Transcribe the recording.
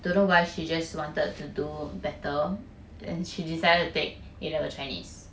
don't know why she just wanted to do better then she decided to take A level chinese